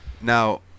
Now